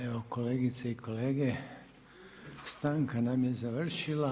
Evo kolegice i kolege, stanka nam je završila.